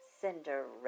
cinderella